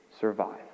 survive